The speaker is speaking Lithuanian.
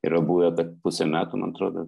yra buvę kad pusę metų man atrodo